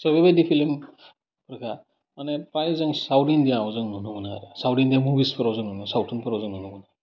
सह बेबायदि फिलिमफोरखो माने फ्राय जों साउथ इण्डियायाव जों नुनो मोनो आरो साउथ इण्डिया मुभिसफोराव जों मोनो सावथुनफोराव जों नुनो मोनो